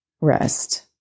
rest